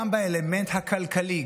גם באלמנט הכלכלי,